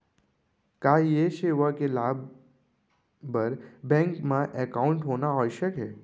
का ये सेवा के लाभ बर बैंक मा एकाउंट होना आवश्यक हे